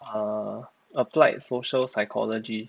uh applied social psychology